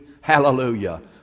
hallelujah